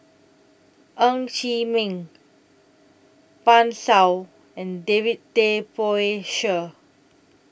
Ng Chee Meng Pan Shou and David Tay Poey Cher